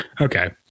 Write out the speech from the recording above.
okay